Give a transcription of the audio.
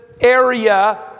area